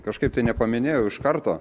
kažkaip tai nepaminėjau iš karto